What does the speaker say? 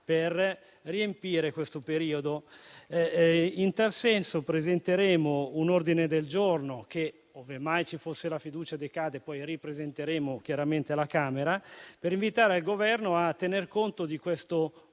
per riempire questo periodo. In tal senso, presenteremo un ordine del giorno (che, ove mai ci fosse la fiducia, decadrebbe e che ripresenteremmo alla Camera) per invitare il Governo a tener conto di questo buco,